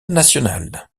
nationale